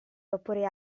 vapore